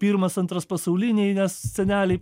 pirmas antras pasauliniai nes seneliai